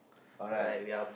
correct